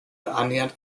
annähernd